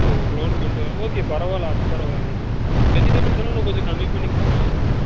ஓ ஒரு லோடு கொண்டு வர ஓகே பரவாயில்லை அது பரவாயில்லைங்க வெஜிடபிள்ஸெல்லாம் இன்னும் கொஞ்சம் கம்மி பண்ணி கொடுக்கலாம்ல